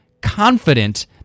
confident